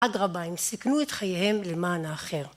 אדרבה, הם סיכנו את חייהם למען האחר.